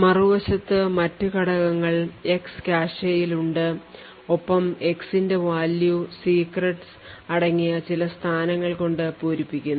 മറുവശത്ത് മറ്റ് ഘടകങ്ങൾ x കാഷെയിൽ ഉണ്ട് ഒപ്പം x ന്റെ value secrets അടങ്ങിയ ചില സ്ഥാനങ്ങൾ കൊണ്ട് പൂരിപ്പിക്കുന്നു